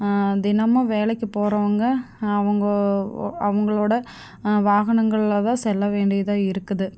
தினமும் வேலைக்கு போகிறவங்க அவங்க அவங்களோட வாகனங்களில் தான் செல்ல வேண்டியதாக இருக்குது